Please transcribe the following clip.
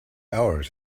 hours